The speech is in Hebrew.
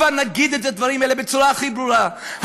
הבה נגיד את הדברים האלה בצורה הכי ברורה,